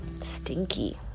Stinky